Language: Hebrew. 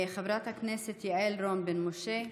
חברת הכנסת יעל רון בן משה,